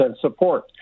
support